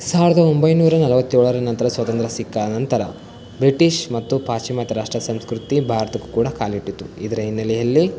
ಸಾವಿರದ ಒಂಬೈನೂರ ನಲವತ್ತೇಳರ ನಂತರ ಸ್ವಾತಂತ್ರ್ಯ ಸಿಕ್ಕ ನಂತರ ಬ್ರಿಟೀಷ್ ಮತ್ತು ಪಾಶ್ಚಿಮಾತ್ಯ ರಾಷ್ಟ್ರ ಸಂಸ್ಕೃತಿ ಭಾರತಕ್ಕೂ ಕೂಡ ಕಾಲಿಟ್ಟಿತ್ತು ಇದರ ಹಿನ್ನೆಲೆಯಲ್ಲಿ